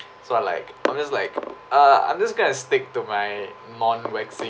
so I like I'm just like uh I'm just going to stick to my non waxing